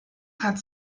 hat